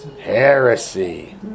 heresy